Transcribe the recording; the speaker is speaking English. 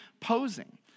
posing